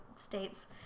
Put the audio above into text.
States